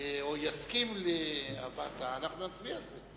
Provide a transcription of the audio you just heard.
אנחנו נצביע על זה.